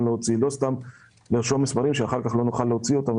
להוציא ולא סתם לרשום מספרים שאחר כך לא נוכל להוציא אותם.